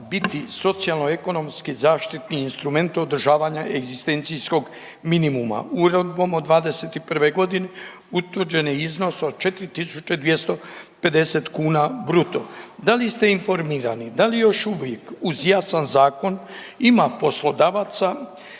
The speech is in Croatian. biti socijalno-ekonomski zaštitni instrument održavanja egzistencijskog minimuma. Uredbom od '21. g. utvrđeni iznos od 4.2050 bruto. Da li ste informirani, da li još uvijek uz jasan zakon ima poslodavaca